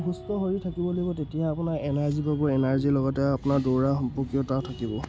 সুস্থ হৈও থাকিব লাগিব তেতিয়া আপোনাৰ এনাৰ্জী পাব এনাৰ্জীৰ লগতে আপোনাৰ দৌৰা সম্পৰ্কীয়তাও থাকিব